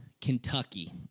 Kentucky